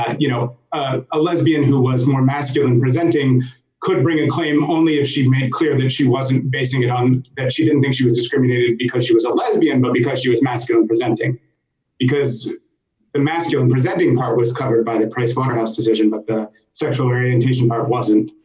and you know ah a lesbian who was more masculine presenting could bring a claim only if she made clear that she wasn't basing it on and she didn't think she was discriminated because she was a lesbian but because she was masculine presenting because the masculine presenting part was covered by the price waterhouse decision, but the sexual orientation part wasn't